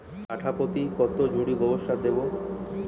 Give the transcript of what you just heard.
কাঠাপ্রতি কত ঝুড়ি গোবর সার দেবো?